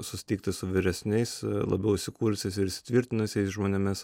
susitikti su vyresniais labiau įsikūrusiais ir įsitvirtinusiais žmonėmis